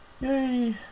Yay